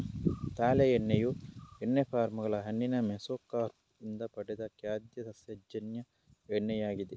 ತಾಳೆ ಎಣ್ಣೆಯು ಎಣ್ಣೆ ಪಾಮ್ ಗಳ ಹಣ್ಣಿನ ಮೆಸೊಕಾರ್ಪ್ ಇಂದ ಪಡೆದ ಖಾದ್ಯ ಸಸ್ಯಜನ್ಯ ಎಣ್ಣೆಯಾಗಿದೆ